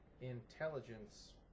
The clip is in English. intelligence